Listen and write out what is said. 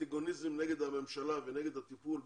אנטיגוניזם נגד הממשלה ונגד הטיפול.